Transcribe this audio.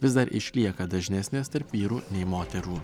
vis dar išlieka dažnesnės tarp vyrų nei moterų